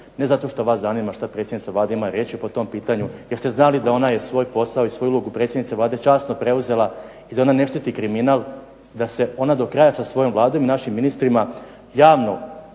ne zato što vas zanima što predsjednica Vlade ima reći po tom pitanju jer ste znali da ona je svoj posao i svoju ulogu predsjednice Vlade časno preuzela i da ona ne štiti kriminal, da se ona do kraja sa svojom Vladom i našim ministrima javno